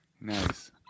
Nice